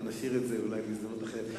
אבל נשאיר את זה להזדמנות אחרת.